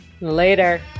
Later